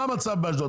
מה המצב באשדוד?